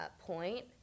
point